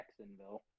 Jacksonville